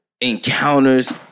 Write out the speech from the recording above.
encounters